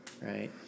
right